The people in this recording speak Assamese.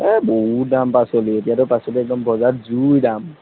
এই বহুত দাম পাচলিৰ এতিয়াতো পাচলি একদম বজাৰত জুই দাম